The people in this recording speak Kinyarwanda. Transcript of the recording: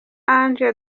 ange